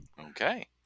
Okay